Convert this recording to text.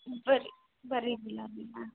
ಬರಿ ಬರಿ ಗುಲಾಬಿನಾ